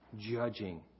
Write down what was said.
judging